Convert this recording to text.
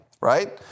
Right